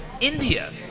India